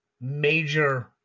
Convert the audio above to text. major